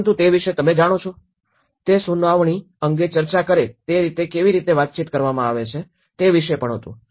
પરંતુ તે વિષે તમે જાણો છો તે સુનાવણી અંગે ચર્ચા કરે તે રીતે કેવી રીતે વાતચીત કરવામાં આવે છે તે વિશે પણ હતું